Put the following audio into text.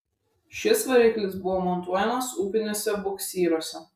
šis variklis buvo montuojamas upiniuose buksyruose